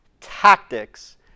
tactics